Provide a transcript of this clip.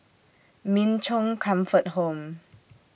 Min Chong Comfort Home